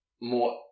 more